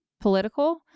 Political